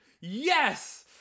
yes